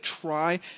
try